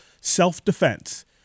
self-defense